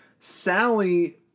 Sally